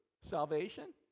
salvation